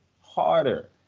harder